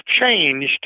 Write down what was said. changed